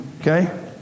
Okay